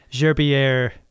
Gerbier